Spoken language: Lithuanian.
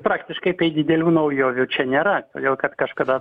praktiškai tai didelių naujovių čia nėra todėl kad kažkada